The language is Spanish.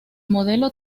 modelo